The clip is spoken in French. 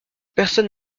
personne